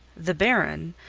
the baron,